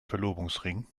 verlobungsring